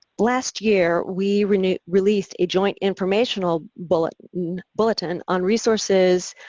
last year we released released a joint informational bulletin bulletin on resources